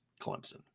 Clemson